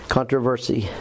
Controversy